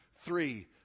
Three